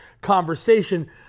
conversation